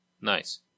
Nice